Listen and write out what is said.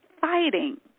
fighting